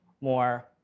more